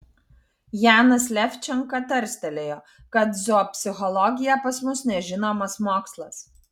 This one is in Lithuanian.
janas levčenka tarstelėjo kad zoopsichologija pas mus nežinomas mokslas